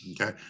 Okay